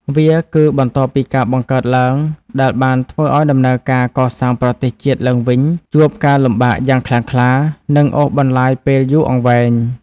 វាគឺបន្ទាប់ពីការបង្កើតឡើង ដែលបានធ្វើឱ្យដំណើរការកសាងប្រទេសជាតិឡើងវិញជួបការលំបាកយ៉ាងខ្លាំងក្លា និងអូសបន្លាយពេលយូរអង្វែង។